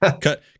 Cut